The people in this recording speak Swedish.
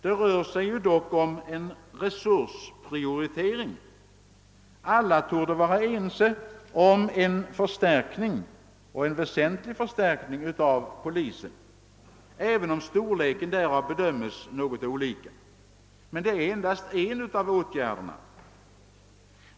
Det rör sig dock om en resursprioritering. Alla torde vara ense om en förstärkning och en väsentlig förstärkning av polisen, även om storleken därav bedöms något olika. Men det är endast en av åtgärderna.